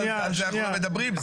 אבל על זה אנחנו לא מדברים,